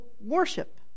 worship